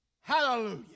Hallelujah